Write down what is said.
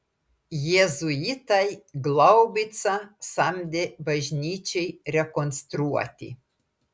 jėzuitai glaubicą samdė bažnyčiai rekonstruoti